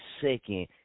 second